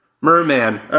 Merman